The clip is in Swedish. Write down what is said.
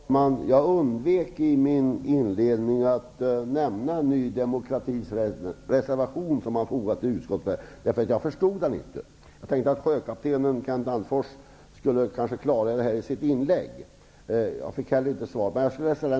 Fru talman! Jag undvek att i mitt anförande nämna den reservation Ny demokrati fogat till betänkandet därför att jag inte förstod den. Jag tänkte att sjökaptenen Kenneth Attefors kanske skulle klargöra det hela i sitt inlägg. Där fick jag heller inte något svar.